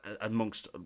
amongst